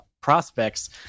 prospects